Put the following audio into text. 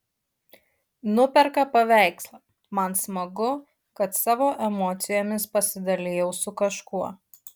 nuperka paveikslą man smagu kad savo emocijomis pasidalijau su kažkuo